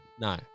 No